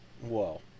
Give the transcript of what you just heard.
Whoa